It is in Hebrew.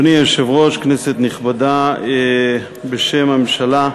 אדוני היושב-ראש, כנסת נכבדה, בשם הממשלה,